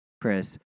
chris